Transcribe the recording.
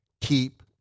Keep